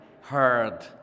heard